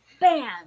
bam